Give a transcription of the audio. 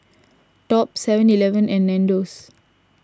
Top Seven Eleven and Nandos